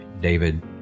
David